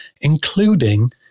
including